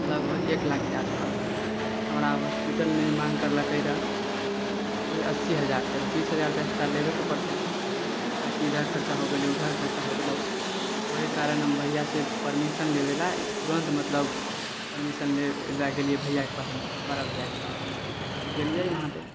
लगभग एक लाखके आसपास हमरा हॉस्पिटलमे माँग करलकै रहए ओहि अस्सी हजार तऽ बीस हजार तऽ एस्ट्रा लेबेके पड़तै ताकि इधर खर्चा हो गेलै उधर खर्चा हो गेलै ओही कारण हम भैयासँ परमीशन लेबय लेल तुरन्त मतलब परमीशन लेल गेलियै भैयाके पास बड़ा भैयाके पास गेलियै वहाँपर